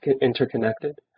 interconnected